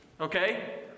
okay